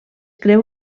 creu